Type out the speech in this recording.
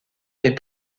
est